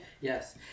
Yes